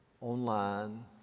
online